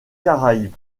caraïbes